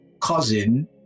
cousin